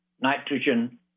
nitrogen